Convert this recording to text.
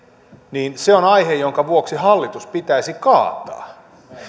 niin se on aihe jonka vuoksi hallitus pitäisi kaataa